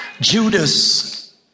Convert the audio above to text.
Judas